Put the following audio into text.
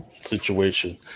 Situation